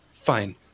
Fine